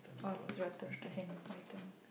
oh your turn as in my turn